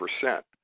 percent